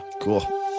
cool